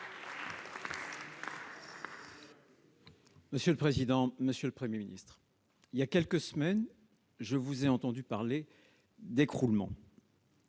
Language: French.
Républicains. Monsieur le Premier ministre, il y a quelques semaines, je vous ai entendu parler d'« écroulement